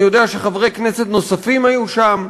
אני יודע שחברי כנסת נוספים היו שם.